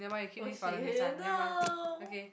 !oh shit! no